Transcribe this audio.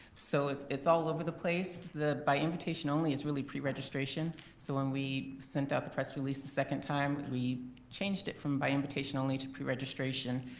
so it's it's all over the place, the by invitation only is really preregistration so when we sent out the press release the second time, we changed it from by invitation only to preregistration.